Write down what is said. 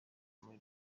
muri